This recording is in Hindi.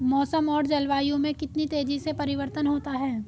मौसम और जलवायु में कितनी तेजी से परिवर्तन होता है?